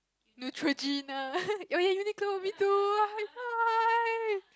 Neutrogena okay Uniqlo me too high five